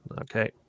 Okay